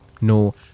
No